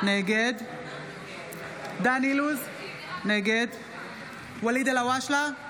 נגד דן אילוז, נגד ואליד אלהואשלה,